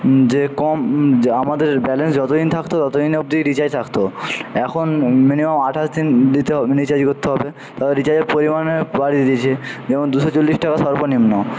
যে কম আমাদের ব্যালেন্স যতদিন থাকতো ততদিন অবধি রিচার্জ থাকত এখন মিনিমাম আঠাশ দিন দিতে হবে রিচার্জ করতে হবে রিচার্জের পরিমাণ বাড়িয়ে দিয়েছে যেমন দুশো চল্লিশ টাকা সর্বনিম্ন